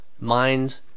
mind